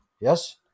yes